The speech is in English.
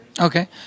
Okay